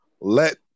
let